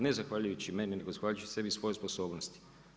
Ne zahvaljujući meni, nego zahvaljujući sebi i svojoj sposobnosti.